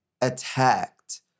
attacked